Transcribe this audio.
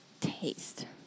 taste